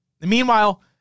Meanwhile